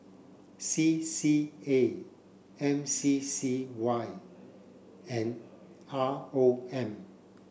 C C A M C C Y and R O M